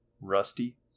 Rusty